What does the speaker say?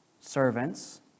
servants